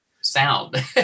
sound